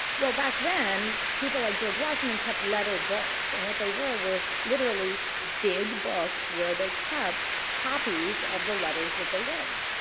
well, back then, people like george washington kept letter books. and, what they were, were literally big books where they kept copies of the letters that they wrote.